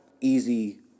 Easy